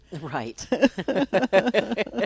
Right